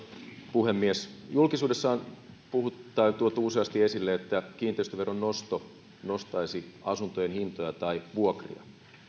puhemies julkisuudessa on tuotu useasti esille että kiinteistöveron nosto nostaisi asuntojen hintoja tai vuokria